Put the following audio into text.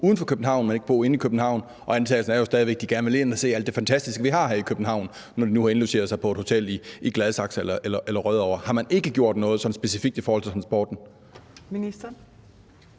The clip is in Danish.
uden for København, men ikke bo inde i København? Og antagelsen er jo stadig væk, at de gerne vil ind og se alt det fantastiske, vi har her i København, når de nu har indlogeret sig på et hotel i Gladsaxe eller Rødovre. Har man ikke gjort noget specifikt i forhold til transporten?